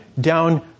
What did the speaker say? down